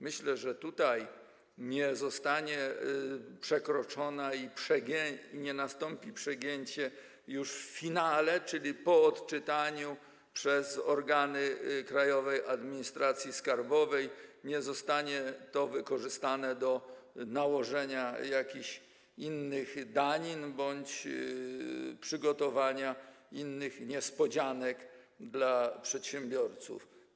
Myślę, że tutaj nie zostanie przekroczona... nie nastąpi przegięcie już w finale, czyli po odczytaniu przez organy Krajowej Administracji Skarbowej, nie zostanie to wykorzystane do nałożenia jakichś innych danin bądź przygotowania innych niespodzianek dla przedsiębiorców.